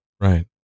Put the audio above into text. Right